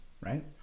Right